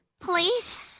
Please